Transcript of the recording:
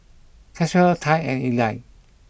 Caswell Tai and Eli